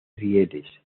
rieles